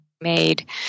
made